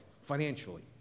financially